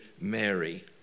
Mary